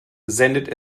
sendet